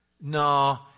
no